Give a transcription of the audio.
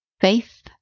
faith